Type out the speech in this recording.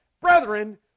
Brethren